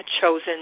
chosen